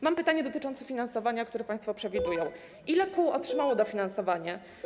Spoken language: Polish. Mam pytanie dotyczące finansowania, które państwo przewidują: Ile kół otrzymało dofinansowanie?